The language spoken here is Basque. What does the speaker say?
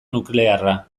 nuklearra